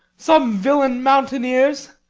some villain mountaineers?